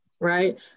right